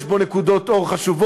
יש בו נקודות אור חשובות.